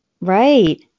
Right